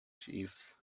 jeeves